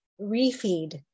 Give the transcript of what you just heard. Refeed